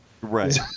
Right